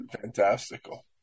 Fantastical